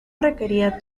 requería